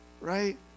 right